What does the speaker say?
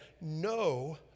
no